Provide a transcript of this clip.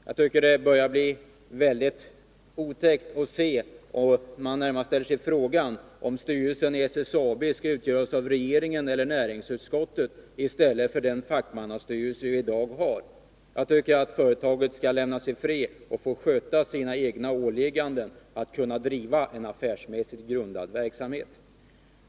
Jag tycker att det börjar bli otäckt, och man ställer sig frågan om styrelsen i SSAB skall utgöras av regeringen eller av näringsutskottet, så att vi inte längre skall ha den fackmannastyrelse som vi i dag har. Jag tycker att företaget bör lämnas i fred, så att det får sköta sina egna åligganden och driva en affärsmässigt grundad verksamhet.